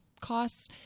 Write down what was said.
costs